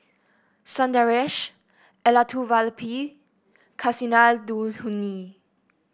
Sundaresh Elattuvalapil Kasinadhuni